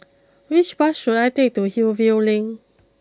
which bus should I take to Hillview Link